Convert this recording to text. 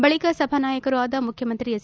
ಬಳಿಕ ಸಭಾನಾಯಕರು ಆದ ಮುಖ್ಯಮಂತ್ರಿ ಎಚ್